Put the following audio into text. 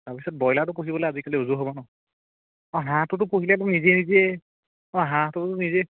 তাৰপিছত ব্ৰইলাৰটো পুহিবলৈ আজিকালি উজু হ'ব ন অঁ হাঁহটোতো পুহিলে সেইটো নিজে নিজেই অঁ হাঁহটো নিজেই